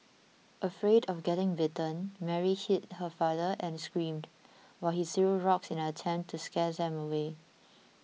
afraid of getting bitten Mary hid her father and screamed while he threw rocks in an attempt to scare them away